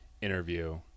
interview